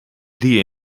die